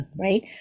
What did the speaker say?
right